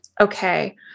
Okay